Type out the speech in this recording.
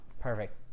perfect